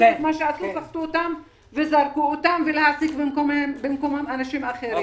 וסחטו אותם וזרקו אותם ולהעסיק במקומם אנשים אחרים.